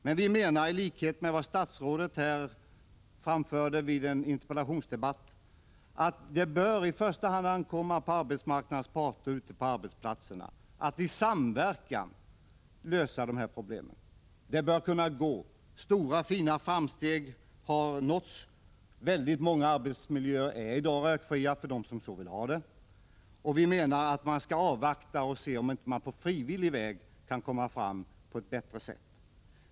Men vi menar, i likhet med vad statsrådet anfört i en interpellationsdebatt, att det bör i första hand ankomma på arbetsmarknadens parter ute på arbetsplatserna att i samverkan lösa de här problemen. Det bör kunna gå. Stora och fina framsteg har uppnåtts. Väldigt många arbetsmiljöer är i dag rökfria, för dem som så vill ha det. Vi menar att man skall avvakta och se om det inte går att komma fram på frivillig väg.